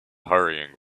hurrying